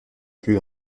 plus